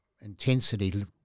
intensity